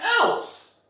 else